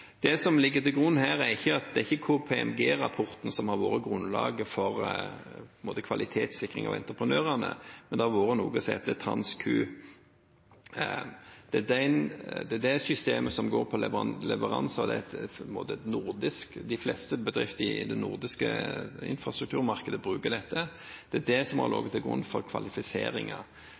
Det er ikke KPMG-rapporten som har vært grunnlaget for kvalitetssikringen av entreprenørene. Det har vært noe som heter TransQ. Det er det systemet som brukes til leveranser. De fleste bedriftene i det nordiske infrastrukturmarkedet bruker dette. Det er det som har ligget til grunn for